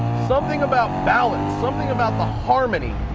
something about balance, something about the harmony.